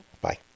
Bye